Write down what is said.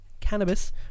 cannabis